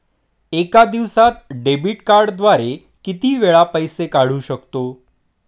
एका दिवसांत डेबिट कार्डद्वारे किती वेळा पैसे काढू शकतो?